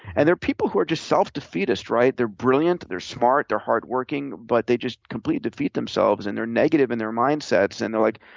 and are people who are just self-defeatist, right. they're brilliant, they're smart, they're hardworking, but they just completely defeat themselves, and they're negative in their mindsets. and they're like,